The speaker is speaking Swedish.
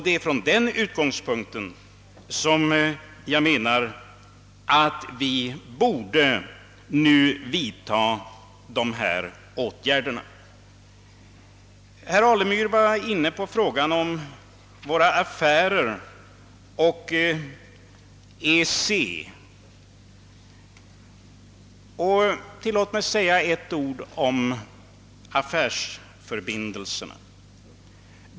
Det är därför jag menar att vi borde vidta de åtgärder som föreslås i motionen. Herr Alemyr var inne på våra affärer och EEC. Tillåt mig att säga några ord om affärsförbindelserna.